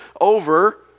over